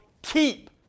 Keep